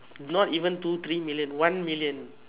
not even two three million one million